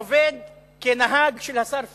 בא אליה גבר יהודי שעובד כנהג של השר פואד,